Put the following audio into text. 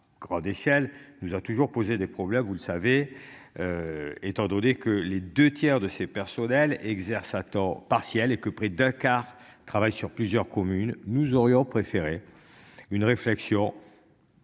grande échelle, nous a toujours posé des problèmes vous le savez. Étant donné que les 2 tiers de ses personnels exercent à temps partiel et que près Dakar travaille sur plusieurs communes, nous aurions préféré. Une réflexion.